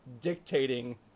dictating